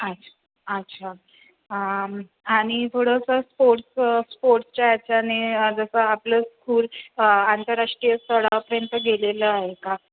अच्छा अच्छा आणि थोडंसं स्पोर्ट्स स्पोर्ट्सच्या ह्याच्याने जसं आपलं स्कूल आंतरराष्ट्रीय स्थळापर्यंत गेलेलं आहे का